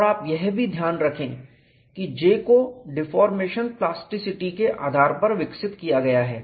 और आप यह भी ध्यान रखें कि J को डिफॉर्मेशन प्लास्टिसिटी के आधार पर विकसित किया गया है